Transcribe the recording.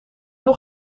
nog